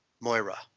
Moira